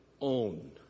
own